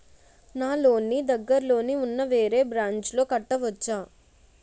నా లోన్ నీ దగ్గర్లోని ఉన్న వేరే బ్రాంచ్ లో కట్టవచా?